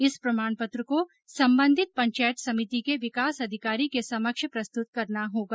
इस प्रमाण पत्र को संबंधित पंचायत समिति के ँविकास अधिकारी के समक्ष प्रस्तुत करना होगा